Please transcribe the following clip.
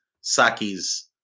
Saki's